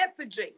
messaging